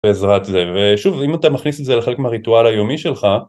בעזרת זה ושוב אם אתה מכניס את זה לחלק מהריטואל היומי שלך